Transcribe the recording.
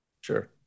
Sure